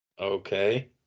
Okay